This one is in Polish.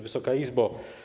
Wysoka Izbo!